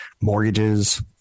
mortgages